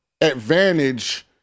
advantage